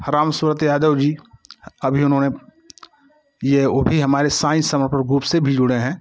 राम सूरत यादव जी अभी उन्होंने ये वो भी हमारे साईं समर्पण ग्रुप से भी जुड़े हैं